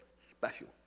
special